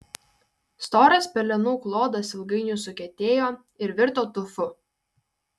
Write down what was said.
storas pelenų klodas ilgainiui sukietėjo ir virto tufu